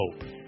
hope